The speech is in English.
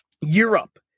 Europe